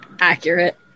Accurate